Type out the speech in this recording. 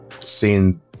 seeing